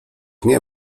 nie